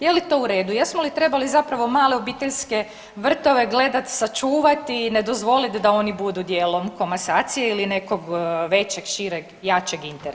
Je li to u redu, jesmo li trebali zapravo male obiteljske vrtove gledat, sačuvat i ne dozvolit da oni budu dijelom komasacije ili nekog većeg, šireg i jačeg interesa?